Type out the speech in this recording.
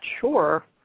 sure